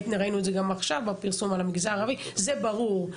זה ברור,